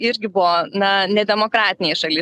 irgi buvo na nedemokratinėj šaly